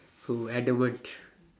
who adamant